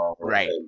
Right